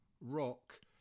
rock